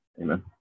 Amen